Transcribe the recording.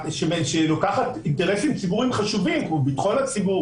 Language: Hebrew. שלוקחת אינטרסים ציבוריים חשובים כמו ביטחון הציבור,